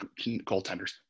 goaltenders –